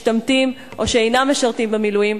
משתמטים או שאינם משרתים במילואים.